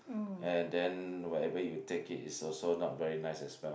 and then wherever you take it it's also not very nice as well